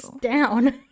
down